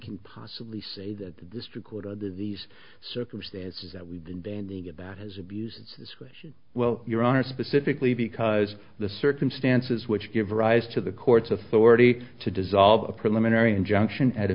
can possibly say that the district court under these circumstances that we've been bandying about has abused its discretion well your honor specifically because the circumstances which give rise to the court's authority to dissolve a preliminary injunction at a